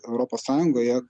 europos sąjungoje